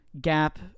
gap